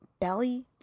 Belly